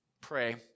pray